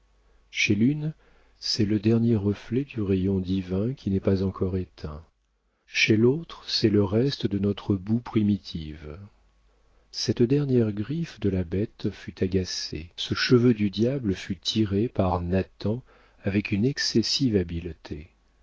chez l'une c'est le dernier reflet du rayon divin qui n'est pas encore éteint chez l'autre c'est le reste de notre boue primitive cette dernière griffe de la bête fut agacée ce cheveu du diable fut tiré par nathan avec une excessive habileté